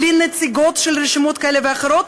בלי נציגות של רשימות כאלה ואחרות,